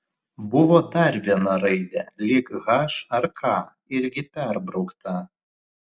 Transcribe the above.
buvo dar viena raidė lyg h ar k irgi perbraukta